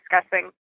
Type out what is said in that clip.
discussing